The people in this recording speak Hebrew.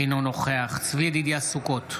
אינו נוכח צבי ידידיה סוכות,